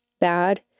bad